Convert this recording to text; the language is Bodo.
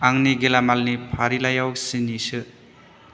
आंनि गेलामालनि फारिलाइआव सिनि सो